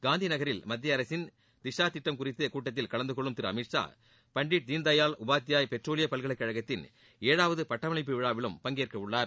காந்தி நகரில் மத்திய அரசின் திஷா திட்டம் குறித்த கூட்டத்தில் கலந்து கொள்ளும் திரு அமித் ஷா பண்டிட் தீன்தயாள் உபாத்யாய் பெட்ரோலிய பல்கழகக் கழகத்தின் ஏழாவது பட்டமளிப்பு விழாவிலும் பங்கேற்க உள்ளார்